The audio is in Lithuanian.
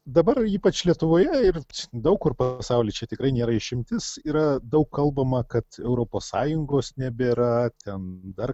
dabar ypač lietuvoje ir daug kur pasauly čia tikrai nėra išimtis yra daug kalbama kad europos sąjungos nebėra ten dar